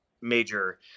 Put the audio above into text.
major